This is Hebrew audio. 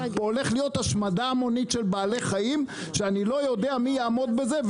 הולכת להיות השמדה המונית של בעלי חיים שאני לא יודע מי יעמוד בזה,